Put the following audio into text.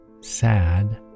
sad